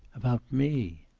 about me.